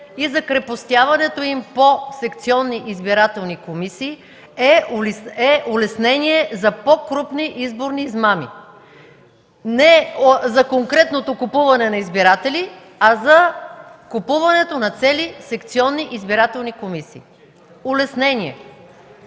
и закрепостяването им по секционни избирателни комисии е улеснение за по-крупни изборни измами – не за конкретното купуване на избиратели, а за купуването на цели секционни избирателни комисии, улеснение,